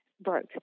broke